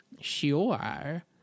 sure